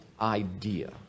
idea